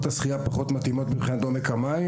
השחייה פחות מתאימות בגלל עומק המים,